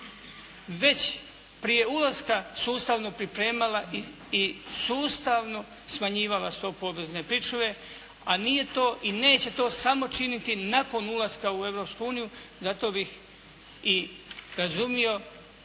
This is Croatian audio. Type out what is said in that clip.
već prije ulaska sustavno pripremala i sustavno smanjivala stopu obvezne pričuve, a nije to i neće to samo činiti nakon ulaska u Europsku uniju. Zato bih i razumio